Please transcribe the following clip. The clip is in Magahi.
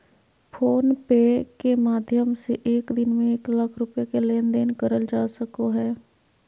फ़ोन पे के माध्यम से एक दिन में एक लाख रुपया के लेन देन करल जा सको हय